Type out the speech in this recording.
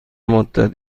مدت